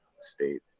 state